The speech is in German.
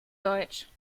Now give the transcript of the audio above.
deutsch